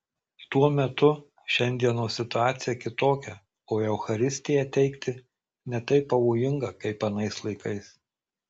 tuo metu šiandienos situacija kitokia o eucharistiją teikti ne taip pavojinga kaip anais laikais